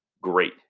great